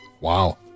Wow